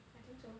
I think so